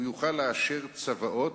הוא יוכל לאשר צוואות,